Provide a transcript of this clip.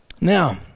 Now